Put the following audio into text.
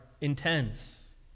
intense